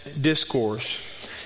discourse